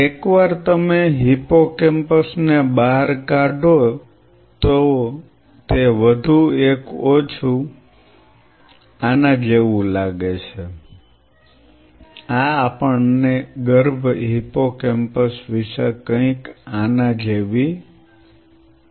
એકવાર તમે હિપ્પોકેમ્પસ ને બહાર કાઢો તે વધુ કે ઓછું આના જેવું લાગે છે આ આપણે ગર્ભ હિપ્પોકેમ્પસ વિશે કંઈક આના જેવી વાત કરી રહ્યા છીએ